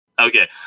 Okay